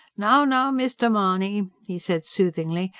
now, now, mr. mahony, he said soothingly,